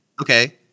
okay